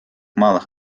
малых